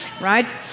right